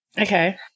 Okay